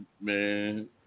Man